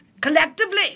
collectively